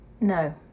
No